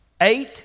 Eight